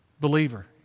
Believer